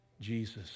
Jesus